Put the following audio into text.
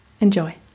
Enjoy